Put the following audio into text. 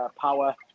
power